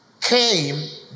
came